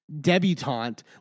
Debutante